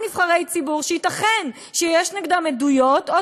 על נבחרי ציבור שייתכן שיש נגדם עדויות או